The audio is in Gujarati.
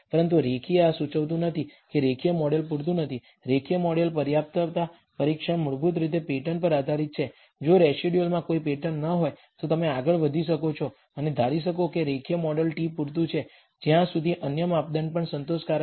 પરંતુ રેખીય આ સૂચવતું નથી કે રેખીય મોડેલ પૂરતું નથી રેખીય મોડેલ પર્યાપ્તતા પરીક્ષણ મૂળભૂત રીતે પેટર્ન પર આધારિત છે જો રેસિડયુઅલમાં કોઈ પેટર્ન ન હોય તો તમે આગળ વધી શકો અને ધારી શકો કે રેખીય મોડેલ t પૂરતું છે જ્યાં સુધી અન્ય માપદંડ પણ સંતોષકારક છે